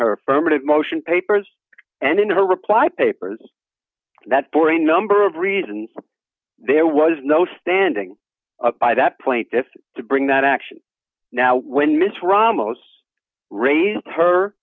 her affirmative motion papers and in her reply papers that for a number of reasons there was no standing by that plaintiffs to bring that action now when ms ramos raised her